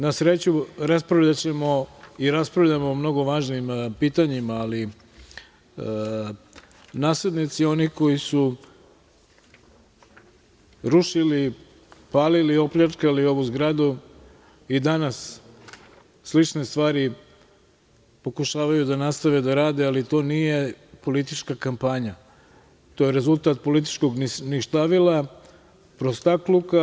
Na sreću raspravljaćemo i raspravljamo o mnogo važnim pitanjima, ali naslednici, oni koji su rušili, palili, opljačkali ovu zgradu i danas slične stvari pokušavaju da nastave da rade, ali to nije politička kampanja, to je rezultat političkog ništavila, prostakluka.